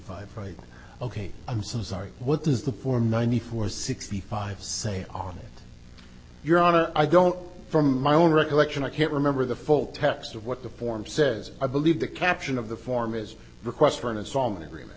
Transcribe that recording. five right ok i'm sorry what does the form ninety four sixty five say on your honor i don't from my own recollection i can't remember the full text of what the form says i believe the caption of the form is request for an a strong agreement